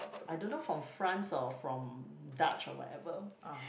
I don't know from France or from Dutch or whatever